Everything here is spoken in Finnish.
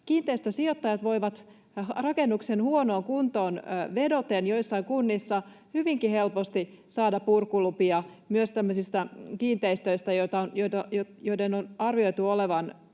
Kiinteistösijoittajat voivat rakennuksen huonoon kuntoon vedoten joissain kunnissa hyvinkin helposti saada purkulupia myös tämmöisistä kiinteistöistä, joiden on arvioitu olevan